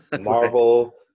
Marvel